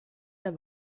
der